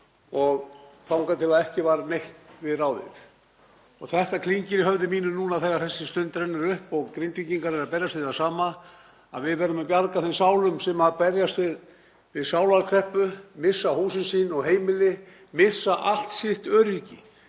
þangað til ekki varð neitt við ráðið. Þetta klingir í höfði mínu núna þegar þessi stund er runnin upp og Grindvíkingar eru að berjast við það sama: Við verðum að bjarga þeim sem berjast við sálarkreppu, sem missa hús sín og heimili, missa allt sitt öryggi.